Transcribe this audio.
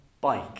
bike